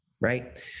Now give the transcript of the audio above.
Right